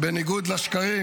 בניגוד לשקרים,